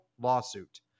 lawsuit